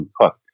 cook